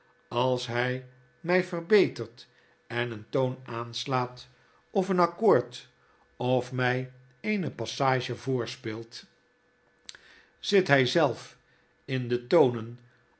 als hij mij verbetert en een toon aanslaat of eene accoord of mij eene passage voor speelt zit hij zelf in de tonen